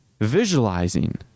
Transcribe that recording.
visualizing